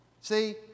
See